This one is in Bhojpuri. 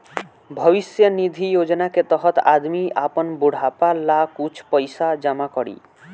भविष्य निधि योजना के तहत आदमी आपन बुढ़ापा ला कुछ पइसा जमा करी